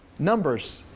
numbers,